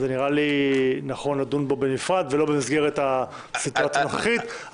נראה לי נכון לדון בו בנפרד ולא במסגרת הסיטואציה הנוכחית,